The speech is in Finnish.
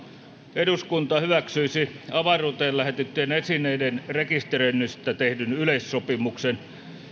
eduskunta hyväksyisi avaruuteen lähetettyjen esineiden rekisteröinnistä tehdyn yleissopimuksen